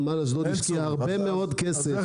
נמל אשדוד השקיעה הרבה מאוד כסף -- אז איך